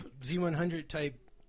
Z100-type